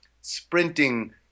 sprinting